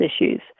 issues